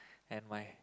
and my